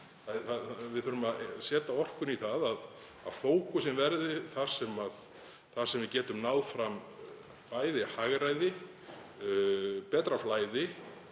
Við þurfum að setja orkuna í það að fókusinn verði þar sem við getum náð fram hagræði, betra flæði,